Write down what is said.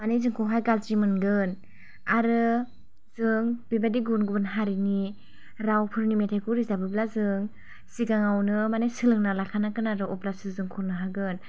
माने जोंखौहाय गाज्रि मोनगोन आरो जों बेबायदि गुबुन गुबुन हारिनि रावफोरनि मेथाइखौ रोजाबोबा जों सिगाङावनो माने सोलोंना लाखानो गोनां अब्लासो जों खन्नो हागोन